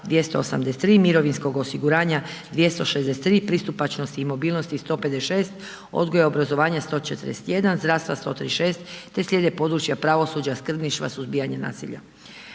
283, mirovinskog osiguranja, 263, pristupačnosti i mobilnosti 156, odgoja i obrazovanja 141, zdravstva 136 te slijede područja pravosuđa, skrbništva, suzbijanja naselja.